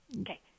Okay